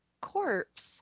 corpse